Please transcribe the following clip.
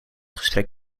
gesprek